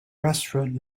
restaurant